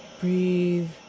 Breathe